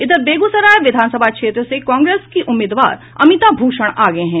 इधर बेगूसरायय विधानसभा क्षेत्र से कांग्रेस की उम्मीदवार अमिता भूषण आगे हैं